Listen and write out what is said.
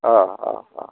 औ औ औ